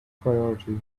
priority